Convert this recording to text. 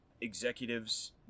executives